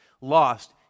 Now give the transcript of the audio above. lost